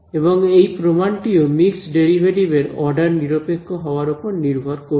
এবং এই প্রমাণটিও মিক্সড ডেরিভেটিভ এর অর্ডার নিরপেক্ষ হওয়ার ওপর নির্ভর করছে